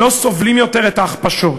לא סובלים יותר את ההכפשות,